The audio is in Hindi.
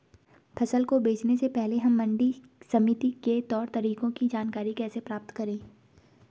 फसल को बेचने से पहले हम मंडी समिति के तौर तरीकों की जानकारी कैसे प्राप्त करें?